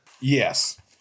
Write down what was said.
Yes